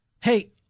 Hey